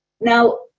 Now